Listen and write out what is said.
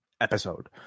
Episode